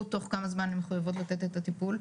תוך כמה זמן הן מחויבות לתת את הטיפול.